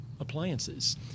appliances